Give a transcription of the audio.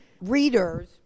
readers